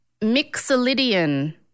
mixolydian